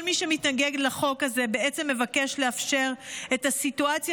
כל מי שמתנגד לחוק הזה בעצם מבקש לאפשר את הסיטואציה